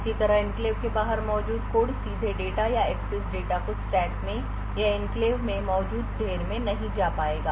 इसी तरह एन्क्लेव के बाहर मौजूद कोड सीधे डेटा या एक्सेस डेटा को स्टैक में या एन्क्लेव में मौजूद ढेर में नहीं जा पाएगा